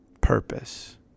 purpose